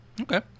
Okay